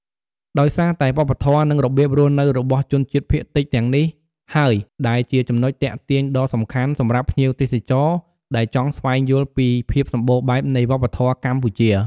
ដោយសារតែវប្បធម៌ និងរបៀបរស់នៅរបស់ជនជាតិភាគតិចទាំងនេះហើយដែលជាចំណុចទាក់ទាញដ៏សំខាន់សម្រាប់ភ្ញៀវទេសចរដែលចង់ស្វែងយល់ពីភាពសម្បូរបែបនៃវប្បធម៌កម្ពុជា។